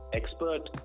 expert